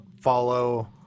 follow